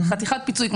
חתיכת פיצוי.